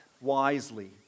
wisely